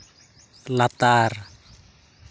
ᱞᱟᱛᱟᱨ